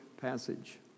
passage